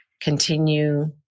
continue